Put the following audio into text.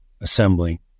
assembly